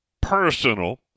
personal